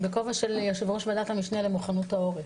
אני בכובע של יושבת ראש ועדת המשנה למוכנות העורף.